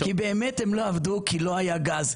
הם לא עבדו כי לא היה גז.